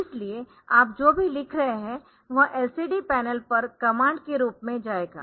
इसलिए आप जो भी लिख रहे है वह LCD पैनल पर कमांड के रूप में जाएगा